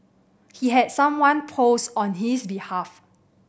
he had someone post on his behalf